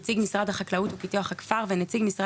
נציג משרד החקלאות ופיתוח הכפר ונציג משרד